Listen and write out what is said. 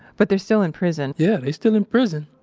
but they're still in prison yeah. they still in prison.